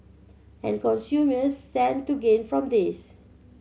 and consumers stand to gain from this